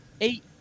eight